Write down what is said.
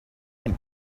him